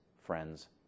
friends